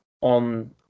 on